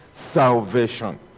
salvation